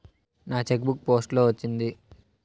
నా cheque book post లో వచ్చింది